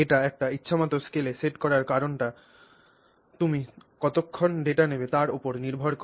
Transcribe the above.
এটি একটি ইচ্ছামত স্কেলে সেট করার কারণটি তুমি কতক্ষণ ডেটা নেবে তার উপর নির্ভর করে